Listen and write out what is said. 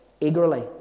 eagerly